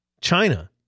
China